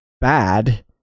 bad